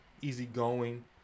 easygoing